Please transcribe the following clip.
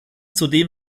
zudem